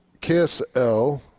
KSL